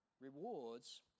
Rewards